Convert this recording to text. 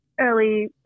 early